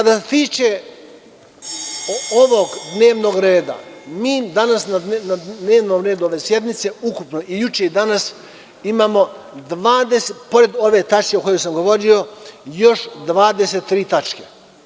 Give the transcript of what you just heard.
Što se tiče ovog dnevnog reda, mi danas na dnevnom redu ove sednice, ukupno i juče i danas, pored ove tačke o kojoj sam govorio, imamo još 23 tačke.